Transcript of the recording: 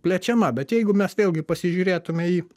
plečiama bet jeigu mes vėlgi pasižiūrėtume į